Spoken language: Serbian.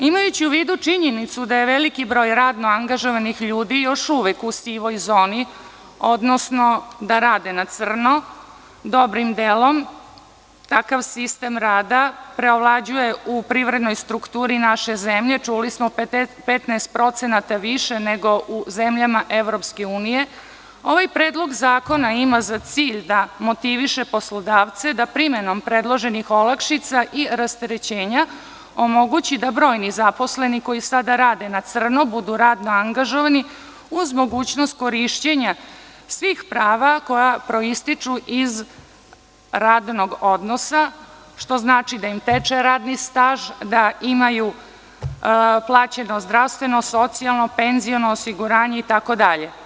Imajući u vidu činjenicu da je veliki broj radno angažovanih ljudi još uvek u sivoj zoni, odnosno da rade na crno, dobrim delom, takav sistem rada preovlađuje u privrednoj strukturi naše zemlje, čuli smo, 15% više nego u zemljama EU, ovaj Predlog zakona ima za cilj da motiviše poslodavce da primenom predloženih olakšica i rasterećenja omogući da brojni zaposleni koji sada rade na crno budu radno angažovani, uz mogućnost korišćenja svih prava koja proističu iz radnog odnosa, što znači da im teče radni staž, da imaju plaćeno zdravstveno, socijalno, penziono osiguranje itd.